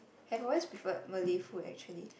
have always preferred Malay food actually